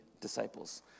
disciples